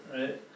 right